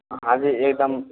हाँ जी एक दम